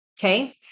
Okay